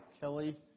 Kelly